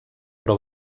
però